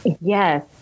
Yes